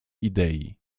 idei